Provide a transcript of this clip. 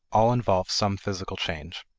all involve some physical change.